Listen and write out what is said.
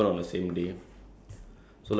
ya when he got fined